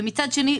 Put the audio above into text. ומצד שני,